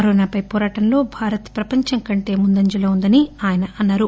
కరోనాపై పోరాటంలో భారత్ ప్రపంచం కంటే ముందంజలో ఉందని ఆయన అన్నారు